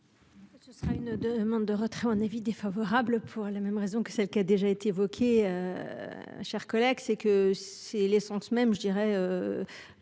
Ce sera une demande de retrait un avis défavorable pour les mêmes raisons que celle qui a déjà été évoquée. Chers collègues, c'est que c'est l'essence même je dirais.